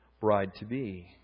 bride-to-be